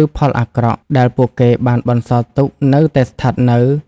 ឬ ផលអាក្រក់ ដែលពួកគេបានបន្សល់ទុក នៅតែស្ថិតនៅ។